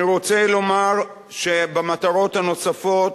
אני רוצה לומר שבמטרות הנוספות